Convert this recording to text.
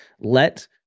Let